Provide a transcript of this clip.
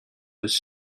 was